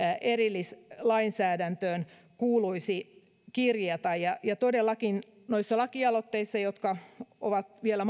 erillislainsäädäntöön kuuluisi kirjata ja ja todellakin noissa lakialoitteissa jotka on vielä